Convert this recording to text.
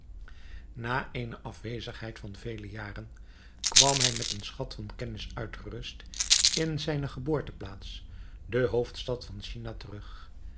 na eene afwezigheid van vele jaren kwam hij met een schat van kennis uitgerust in zijne geboorteplaats de hoofdstad van china terug